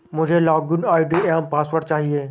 मुझें login ID एवं password चाहिए